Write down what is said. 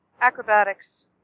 Acrobatics